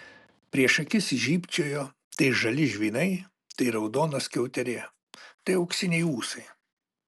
prieš akis žybčiojo tai žali žvynai tai raudona skiauterė tai auksiniai ūsai